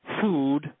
food